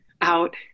out